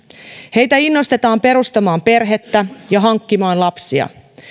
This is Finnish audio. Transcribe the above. heitä innostetaan perustamaan perhettä ja hankkimaan lapsia